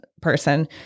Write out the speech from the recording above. person